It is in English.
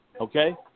Okay